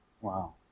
Wow